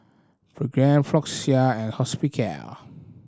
Pregain Floxia and Hospicare